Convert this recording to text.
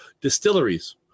distilleries